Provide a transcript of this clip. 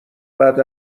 بعد